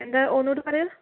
എന്താ ഒന്നൂടി പറയൂ